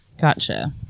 Gotcha